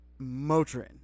Motrin